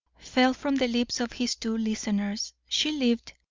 fell from the lips of his two listeners. she lived,